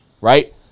right